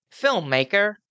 filmmaker